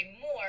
more